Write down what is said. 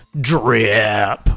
drip